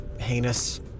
heinous